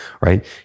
right